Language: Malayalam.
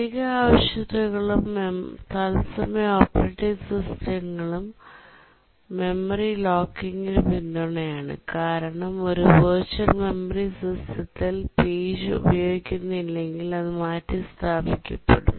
അധിക ആവശ്യകതകളും തത്സമയ ഓപ്പറേറ്റിംഗ് സിസ്റ്റങ്ങളും മെമ്മറി ലോക്കിങ്ങിനു പിന്തുണയാണ് കാരണം ഒരു വെർച്വൽ മെമ്മറി സിസ്റ്റത്തിൽ പേജ് ഉപയോഗിക്കുന്നില്ലെങ്കിൽ അത് മാറ്റിസ്ഥാപിക്കപ്പെടും